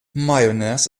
mayonnaise